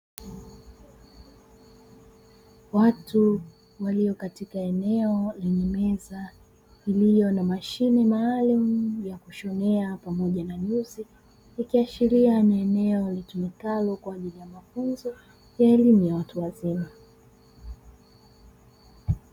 Watu walio katika eneo lenye meza iliyo na mashine maalumu ya kushonea pamoja na nyuzi, ikiashiria ni eneo litumikalo kwa ajili ya mafunzo ya elimu ya watu wazima.